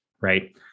Right